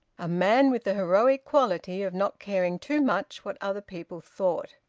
a man with the heroic quality of not caring too much what other people thought.